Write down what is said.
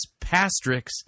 Pastrix